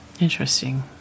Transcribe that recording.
Interesting